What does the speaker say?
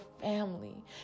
family